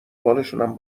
بالشونم